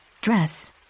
dress